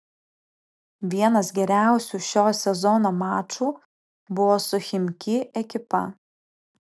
vienas geriausių šio sezono mačų buvo su chimki ekipa